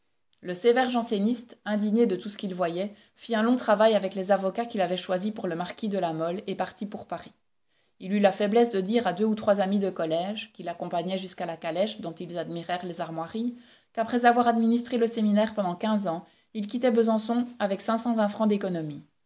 le sévère janséniste indigné de tout ce qu'il voyait fit un long travail avec les avocats qu'il avait choisis pour le marquis de la mole et partit pour paris il eut la faiblesse de dire à deux ou trois amis de collège qui l'accompagnaient jusqu'à la calèche dont ils admirèrent les armoiries qu'après avoir administré le séminaire pendant quinze ans il quittait besançon avec cinq cent vingt francs d'économie